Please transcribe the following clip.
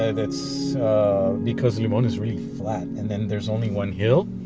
and it's because limon is really flat, and then there's only one hill